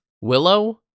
Willow